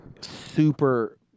super